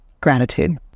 Gratitude